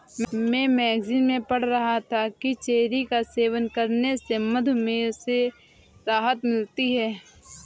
मैं मैगजीन में पढ़ रहा था कि चेरी का सेवन करने से मधुमेह से राहत मिलती है